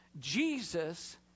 Jesus